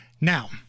Now